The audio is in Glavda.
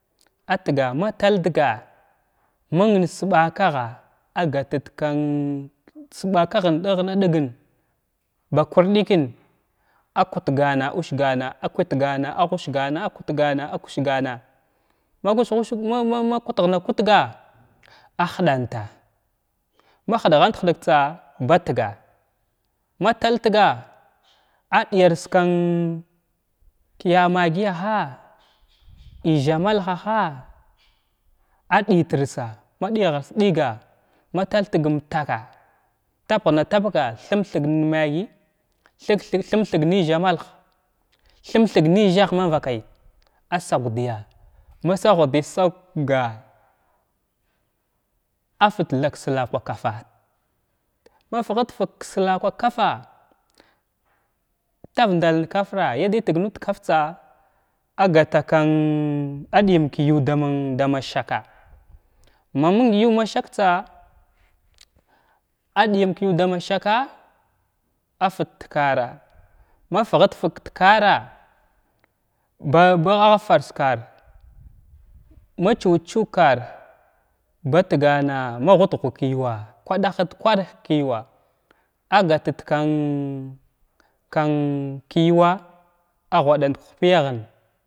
Atgan ma taldəga’a ma’ng sɓakagha agatət kansɓakaghən ɗigna ɗagən ba kurɗikən a kutigana a wəsgana akutgana wəlgana akutgana awəsgana ma wəs-tu-sig man man makutghana kutga a həɗanta ma həɗgant hədgtsa ba tga ma tal tga’a a ɗiyars kən kəya maggiya ha iz malnhaha a ɗəytirsa ma ɗiyga ɗiga a ɗəytirsa ma ɗzyga ɗiga ma tal təg umtaka tap ghna tap ga thunthig am maggi thəg thəg thin thəg nalzamalah thumthəg nəlzayg ma vakay a sugɗiya ma sug hva ɗiy suga’a a fat thaɓ ka slakwaka fa’a ma fhət fəg ka slakwa kafa’a tar ndal kafra yada təg nuda kadtsa agata kan aɗiyam kəyu dama dama saka ma məng yu da ma saka’a a fəg takara ma fvət fəg takara’a ban bagha fars kara ma tsuutsud kara batagana ma hut-hug ka yura kwaɗahət kwɗga kəyuwa agatət kan kan kəyuwa a ghvaɗant ka hupayghun.